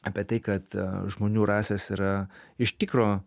apie tai kad žmonių rasės yra iš tikro